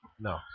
No